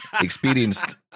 experienced